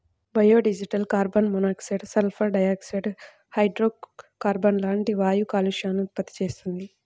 biodiesel carbon monoxide, sulphur dioxide, హైడ్రోకార్బన్లు లాంటి వాయు కాలుష్యాలను ఉత్పత్తి చేస్తుంది